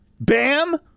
Bam